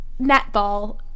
netball